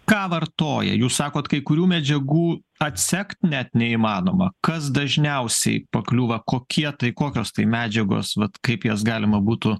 ką vartoja jūs sakot kai kurių medžiagų atsekt net neįmanoma kas dažniausiai pakliūva kokie tai kokios tai medžiagos vat kaip jas galima būtų